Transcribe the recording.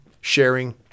sharing